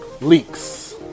leaks